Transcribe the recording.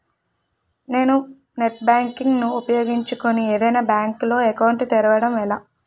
నేను net banking ను ఉపయోగించుకుని ఏదైనా బ్యాంక్ లో అకౌంట్ తెరవడం ఎలా?